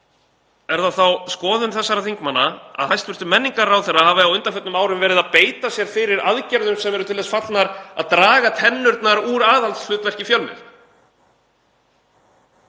er það þá skoðun þessara þingmanna að hæstv. menningarráðherra hafi á undanförnum árum verið að beita sér fyrir aðgerðum sem eru til þess fallnar að draga tennurnar úr aðhaldshlutverki fjölmiðla?